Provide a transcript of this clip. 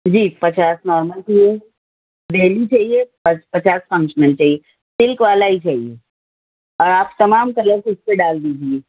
جی پچاس نارمل چاہیے ڈیلی چاہیے اور پچاس فنگشنل چاہیے پنک والا ہی چاہیے آپ تمام کلر اس پہ ڈال دیجیے